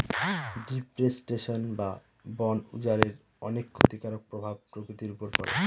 deforestation বা বন উজাড়ের অনেক ক্ষতিকারক প্রভাব প্রকৃতির উপর পড়ে